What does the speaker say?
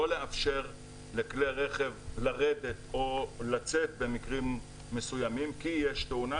לא לאפשר לכלי רכב לרדת או לצאת במקרים מסוימים כי יש תאונה,